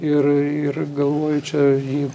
ir ir galvoju čia ji